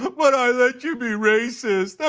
but i let you be racist.